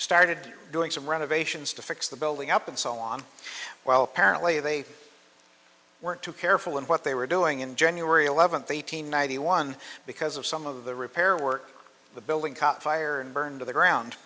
started doing some renovations to fix the building up and so on well apparently they weren't too careful in what they were doing in january eleventh eight hundred ninety one because of some of the repair work the building caught fire and burned to the ground